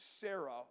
Sarah